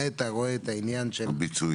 נת"ע רואה את העניין הביצועי,